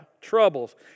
troubles